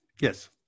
yes